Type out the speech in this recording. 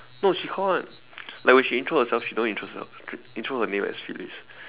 no she call [one] like when she intro herself she don't intro herself intro her name as Felice